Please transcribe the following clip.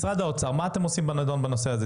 משרד האוצר, מה אתם עושים בנדון בנושא הזה?